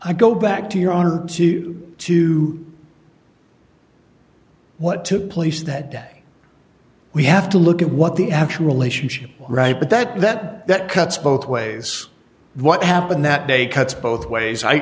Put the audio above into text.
i go back to your honor to two what took place that day we have to look at what the actual relationship right but that that that cuts both ways what happened that day cuts both ways i